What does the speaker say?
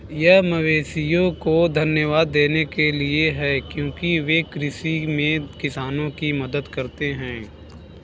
यह मवेशियों को धन्यवाद देने के लिए है क्योंकि वे कृषि में किसानों की मदद करते हैं